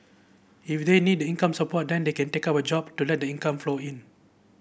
if they need income support then they can take up a job to let the income flow in